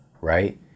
right